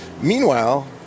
Meanwhile